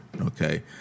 okay